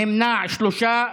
נמנעים, שלושה.